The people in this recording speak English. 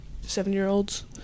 seven-year-olds